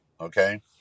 okay